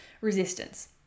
resistance